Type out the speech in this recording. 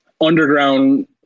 underground